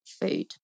food